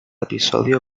episodio